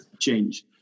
change